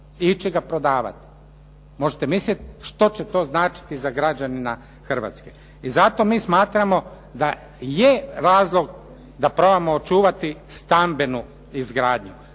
će ga prodavati. Možete misliti što će to značiti za građanina Hrvatske. I zato mi smatramo da je razlog da probamo očuvati stambenu izgradnju